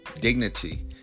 dignity